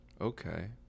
okay